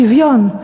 שוויון.